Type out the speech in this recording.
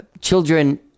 children